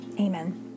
Amen